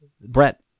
Brett